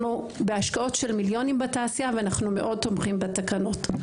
בהשקעות של מיליונים בתעשייה ואנו מאוד תומכים בתקנות.